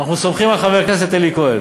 אנחנו סומכים על חבר הכנסת אלי כהן.